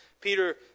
Peter